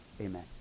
amen